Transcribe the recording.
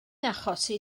achosi